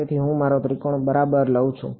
તેથી હું મારો ત્રિકોણ બરાબર લઉં છું